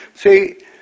See